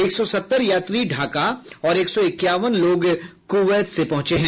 एक सौ सत्तर यात्री ढाका और एक सौ इक्यावन लोग कुवैत से पहुंचे हैं